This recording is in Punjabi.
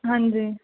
ਹਾਂਜੀ